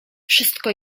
wszystko